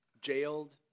jailed